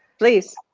please.